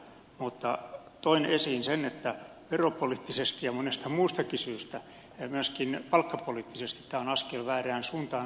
mutta toin esiin sen että veropoliittisesti ja monesta muustakin syystä ja myöskin palkkapoliittisesti koko tämä laki on askel väärään suuntaan